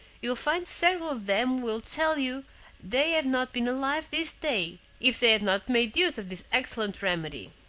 you will find several of them will tell you they had not been alive this day if they had not made use of this excellent remedy.